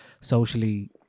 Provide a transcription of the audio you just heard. socially